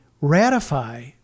ratify